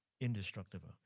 Indestructible